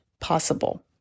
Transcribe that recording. possible